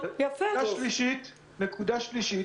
נקודה שלישית,